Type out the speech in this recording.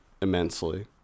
immensely